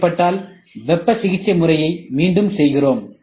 தேவைப்பட்டால் வெப்ப சிகிச்சைமுறையை மீண்டும் செய்கிறோம்